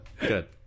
Good